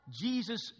Jesus